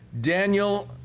Daniel